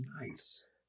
Nice